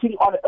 on